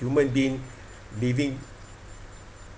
human being living